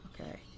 okay